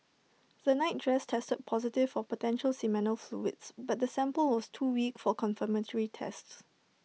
the nightdress tested positive for potential seminal fluids but the sample was too weak for confirmatory tests